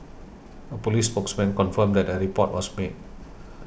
a police spokesman confirmed that a report was made